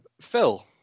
Phil